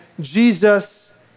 Jesus